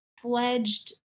fledged